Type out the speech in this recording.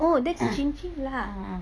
oh that's chinchee lah